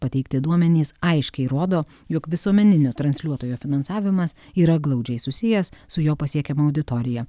pateikti duomenys aiškiai rodo jog visuomeninio transliuotojo finansavimas yra glaudžiai susijęs su juo pasiekiama auditorija